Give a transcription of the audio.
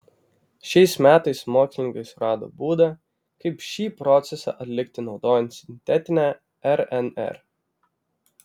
šiais metais mokslininkai surado būdą kaip šį procesą atlikti naudojant sintetinę rnr